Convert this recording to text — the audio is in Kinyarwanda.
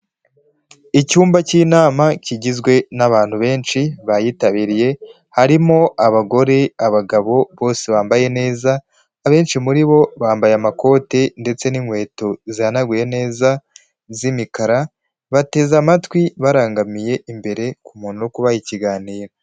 Icyumba cy'inama kigizwe n'abantu benshi bayitabiriye. Harimo abagore, abagabo bose bambaye neza. Abenshi muri bo, bambaye amakoti ndetse n'inkweto zihanaguye neza z'imikara. Bateze amatwi barangamiye imbere ku muntu uri kubaha ikiganiro.